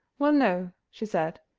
well, no, she said,